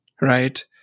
Right